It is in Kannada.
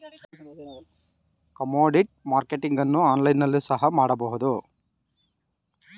ಕಮೋಡಿಟಿ ಮಾರ್ಕೆಟಿಂಗ್ ಅನ್ನು ಆನ್ಲೈನ್ ನಲ್ಲಿ ಸಹ ಮಾಡಬಹುದು